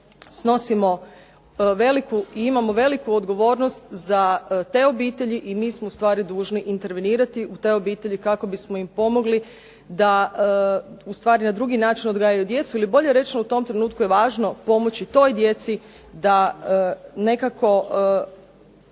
snosimo, imamo veliku odgovornost za te obitelji i mi smo dužni intervenirati u te obitelji kako bismo im pomogli da ustvari na drugi način odgajaju djecu, ili bolje rečeno u tom trenutku je važno pomoći toj djeci da nekako